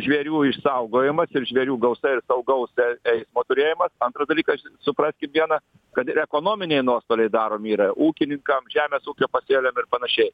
žvėrių išsaugojimas ir žvėrių gausa ir saugaus eismo turėjimas antras dalykas supraskim viena kad ir ekonominiai nuostoliai daromi yra ūkininkam žemės ūkio pasėliam ir panašiai